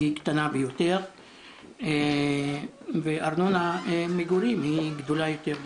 קטן ביותר והארנונה למגורים היא גדולה יותר.